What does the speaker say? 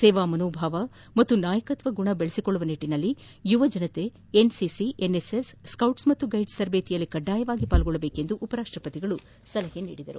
ಸೇವಾ ಮನೋಭಾವ ಮತ್ತು ನಾಯಕತ್ವ ಗುಣ ಬೆಳೆಸಿಕೊಳ್ಳುವ ನಿಟ್ಟನಲ್ಲಿ ಯುವಜನರು ಎನ್ಸಿಸಿ ಎನ್ಎಸ್ಎಸ್ ಸೈಟ್ಸ್ ಮತ್ತು ಗೈಡ್ಸ್ ತರಬೇತಿಯಲ್ಲಿ ಕಡ್ಡಾಯವಾಗಿ ಭಾಗಿಯಾಗಬೇಕು ಎಂದು ಸಲಹೆ ನೀಡಿದರು